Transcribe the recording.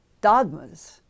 dogmas